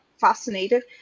fascinated